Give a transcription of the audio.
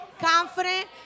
confident